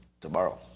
tomorrow